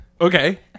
Okay